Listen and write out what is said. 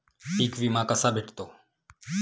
पीक विमा कसा भेटतो?